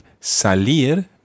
salir